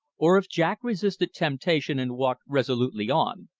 or if jack resisted temptation and walked resolutely on,